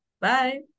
Bye